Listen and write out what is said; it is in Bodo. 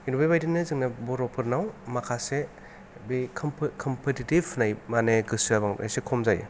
जेन'बा बेबादिनो जोंना बर'फोरनाव माखासे बे कम्फिटेटिब होननाय माने गोसोआव बांद्राय एसे खम जायो